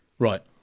Right